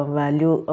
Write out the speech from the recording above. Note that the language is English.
value